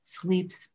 sleep's